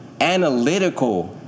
analytical